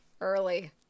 early